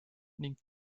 ning